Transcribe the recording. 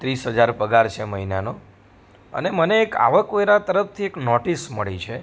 ત્રીસ હજાર પગાર છે મહિનાનો અને મને એક આવકવેરા તરફથી એક નોટિસ મળી છે